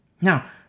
Now